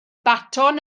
baton